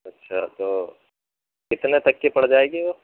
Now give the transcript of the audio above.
اچھا تو کتنے تک کی پڑ جائے گی وہ